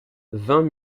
vingt